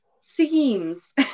seams